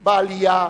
בעלייה,